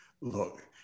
Look